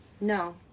No